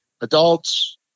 adults